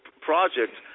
project